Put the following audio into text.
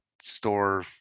store